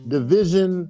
Division